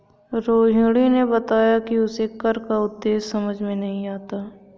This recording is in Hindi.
रोहिणी ने बताया कि उसे कर का उद्देश्य समझ में नहीं आता है